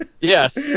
Yes